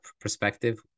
perspective